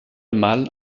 mâle